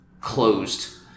closed